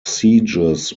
sieges